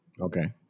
Okay